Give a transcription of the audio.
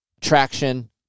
traction